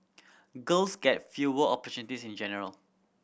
girls get fewer opportunities in general